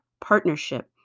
partnership